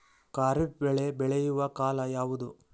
ಖಾರಿಫ್ ಬೆಳೆ ಬೆಳೆಯುವ ಕಾಲ ಯಾವುದು?